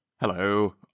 Hello